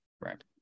Right